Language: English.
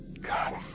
God